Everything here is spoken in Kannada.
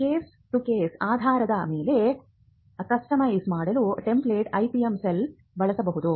ಕೇಸ್ ಟು ಕೇಸ್ ಆಧಾರದ ಮೇಲೆ ಕಸ್ಟಮೈಸ್ ಮಾಡಲು ಟೆಂಪ್ಲೆಟ್ಗಳನ್ನು IPM ಸೆಲ್ ಬಳಸಬಹುದು